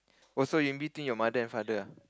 oh so in between your mother and father ah